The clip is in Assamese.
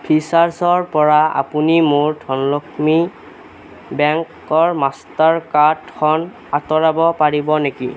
ফ্ৰীচাৰ্ছৰ পৰা আপুনি মোৰ ধনলক্ষ্মী বেংকৰ মাষ্টাৰ কাৰ্ডখন আঁতৰাব পাৰিব নেকি